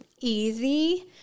easy